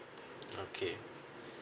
okay